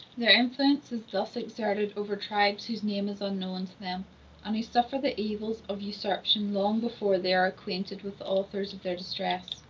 their influence is thus exerted over tribes whose name is unknown to them and who suffer the evils of usurpation long before they are acquainted with the authors of their distress.